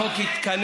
החוק,